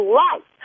life